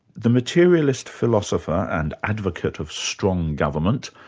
the materialist philosopher and advocate of strong government,